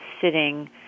sitting